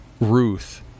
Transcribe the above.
Ruth